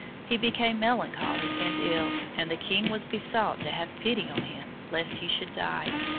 he became melancholy and ill, and the king was besought to have pity on him lest he should die.